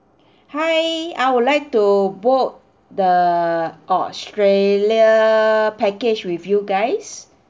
hi I would like to book the australia package with you guys